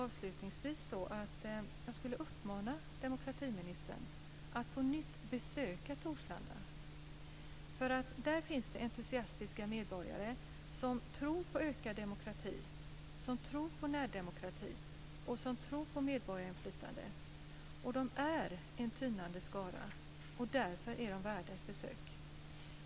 Avslutningsvis skulle jag uppmana demokratiministern att på nytt besöka Torslanda. Där finns det entusiastiska medborgare som tror på ökad demokrati, som tror på närdemokrati och som tror på medborgarinflytande. De är en tynande skara, och därför är de värda ett besök.